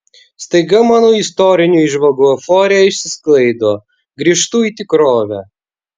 staiga mano istorinių įžvalgų euforija išsisklaido grįžtu į tikrovę